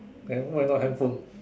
then why not hand phone